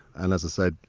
and, as i said,